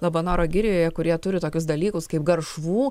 labanoro girioje kur jie turi tokius dalykus kaip garšvų